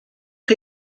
chi